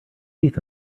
teeth